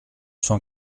cent